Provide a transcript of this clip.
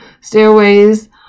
stairways